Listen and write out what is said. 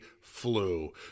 flu